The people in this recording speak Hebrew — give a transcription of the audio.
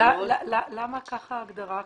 למה ככה ההגדרה?